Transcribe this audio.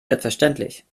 selbstverständlich